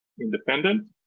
independent